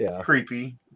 Creepy